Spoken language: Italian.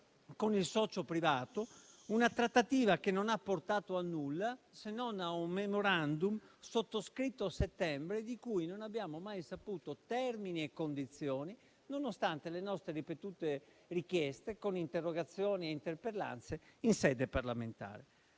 con il socio privato una trattativa che non ha portato a nulla, se non a un *memorandum*, sottoscritto a settembre, di cui non abbiamo mai saputo termini e condizioni, nonostante le nostre ripetute richieste con interrogazioni e interpellanze in sede parlamentare.